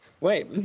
wait